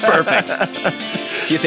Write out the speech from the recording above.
Perfect